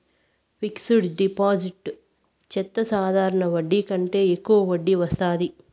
fixed deposit చెత్తే సాధారణ వడ్డీ కంటే యెక్కువ వడ్డీ వత్తాది